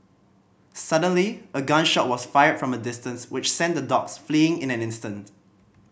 suddenly a gun shot was fired from a distance which sent the dogs fleeing in an instant